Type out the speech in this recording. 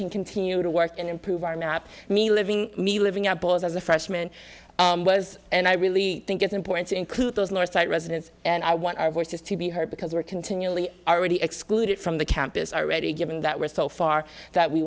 can continue to work and improve our not me living me living outdoors as a freshman was and i really think it's important to include those northside residents and i want our voices to be heard because we're continually already excluded from the campus already given that we're so far that we